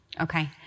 Okay